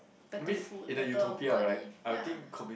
better food better money ya